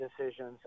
decisions